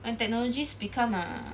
and technologies become err